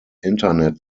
internet